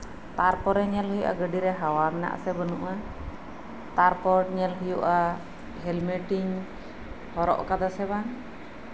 ᱛᱟᱨᱯᱚᱨᱮ ᱧᱮᱞ ᱦᱩᱭᱩᱜᱼᱟ ᱜᱟᱹᱰᱤᱨᱮ ᱦᱟᱣᱟ ᱢᱮᱱᱟᱜ ᱟᱥᱮ ᱵᱟᱹᱱᱩᱜᱼᱟ ᱛᱟᱨᱯᱚᱨ ᱧᱮᱞ ᱦᱩᱭᱩᱜᱼᱟ ᱦᱮᱞᱢᱮᱴ ᱤᱧ ᱦᱚᱨᱚᱜ ᱠᱟᱫᱟ ᱥᱮ ᱵᱟᱝ